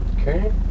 okay